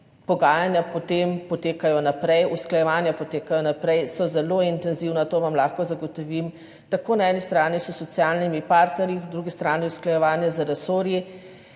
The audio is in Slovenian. pogajanja potem potekajo naprej, usklajevanja potekajo naprej, so zelo intenzivna, to vam lahko zagotovim, tako na eni strani s socialnimi partnerji, na drugi strani usklajevanja z resorji.